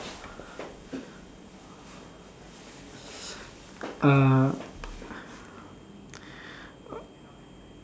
uh